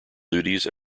duties